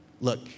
Look